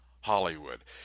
Hollywood